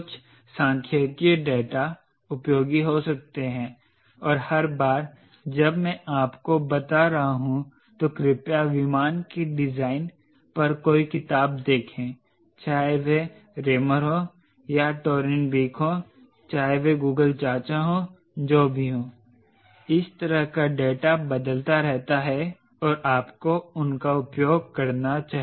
कुछ सांख्यिकीय डेटा उपयोगी हो सकते हैं और हर बार जब मैं आपको बता रहा हूं तो कृपया विमान के डिजाइन पर कोई किताब देखें चाहे वह रेमर हों या टोरेनबीक हो चाहे वह गूगल चाचा हो जो भी हो इस तरह का डेटा बदलता रहता है और आपको उन का उपयोग करना चाहिए